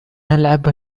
نلعب